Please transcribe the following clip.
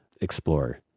explore